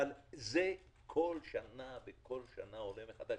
אבל זה כל שנה וכל שנה עולה מחדש,